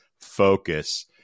focus